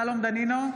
שלום דנינו,